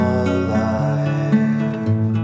alive